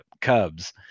Cubs